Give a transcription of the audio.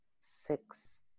six